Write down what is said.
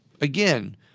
again